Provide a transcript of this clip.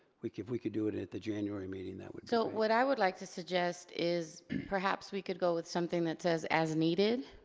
we could we could do it it at the january meeting that would so what i would like to suggest is, perhaps we could go with something that says as needed.